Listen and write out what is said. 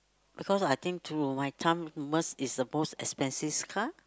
because I think through my time Merz is the most expensive car